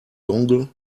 dongle